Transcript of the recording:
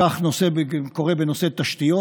כך קורה בנושא תשתיות.